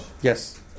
Yes